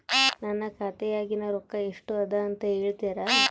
ನನ್ನ ಖಾತೆಯಾಗಿನ ರೊಕ್ಕ ಎಷ್ಟು ಅದಾ ಅಂತಾ ಹೇಳುತ್ತೇರಾ?